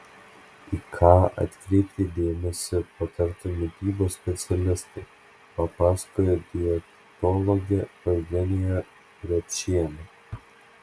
į ką atkreipti dėmesį patartų mitybos specialistai papasakojo dietologė eugenija repšienė